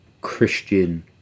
Christian